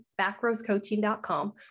backrosecoaching.com